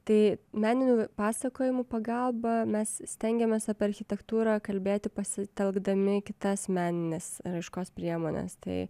tai meninių pasakojimų pagalba mes stengiamės apie architektūrą kalbėti pasitelkdami kitas meninės raiškos priemones tai